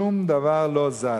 שום דבר לא זז,